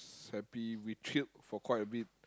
happy we chilled for quite a bit